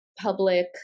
public –